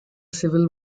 civil